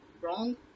wrong